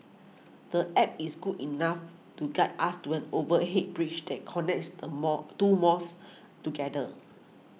the App is good enough to guide us to an overhead bridge that connects the mall two malls together